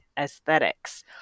aesthetics